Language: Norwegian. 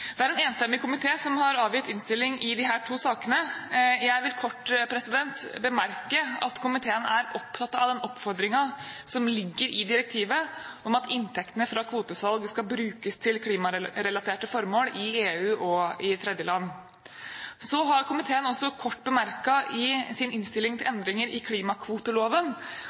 Det er en enstemmig komité som har avgitt innstilling i disse to sakene. Jeg vil kort bemerke at komiteen er opptatt av den oppfordringen som ligger i direktivet om at inntektene fra kvotesalg skal brukes til klimarelaterte formål i EU og i tredjeland. Så har komiteen også kort bemerket i sin innstilling til endringer i klimakvoteloven